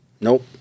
nope